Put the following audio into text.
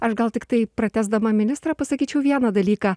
aš gal tiktai pratęsdama ministrą pasakyčiau vieną dalyką